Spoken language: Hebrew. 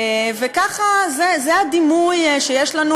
זה הדימוי שיש לנו.